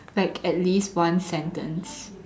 expect at least one sentence